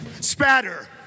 Spatter